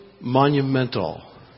monumental